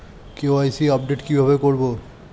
KYC update কি ভাবে করবো?